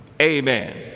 Amen